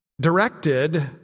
directed